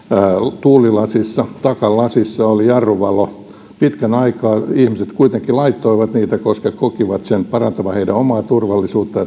takatuulilaissa takalasissa oli jarruvalo pitkän aikaa ihmiset kuitenkin laittoivat niitä koska he kokivat sen parantavan heidän omaa turvallisuuttaan